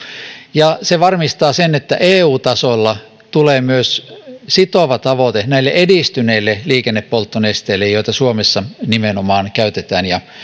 ja se varmistaa sen että eu tasolla tulee myös sitova tavoite näille edistyneille liikennepolttonesteille joita suomessa nimenomaan käytetään ja